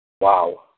Wow